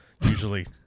usually